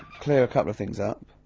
clear a coupla things up.